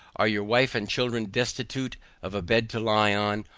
are your wife and children destitute of a bed to lie on,